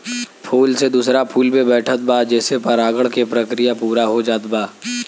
फूल से दूसरा फूल पे बैठत बा जेसे परागण के प्रक्रिया पूरा हो जात बा